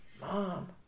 mom